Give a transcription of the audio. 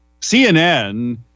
CNN